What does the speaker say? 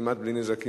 כמעט בלי נזקים.